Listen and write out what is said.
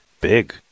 big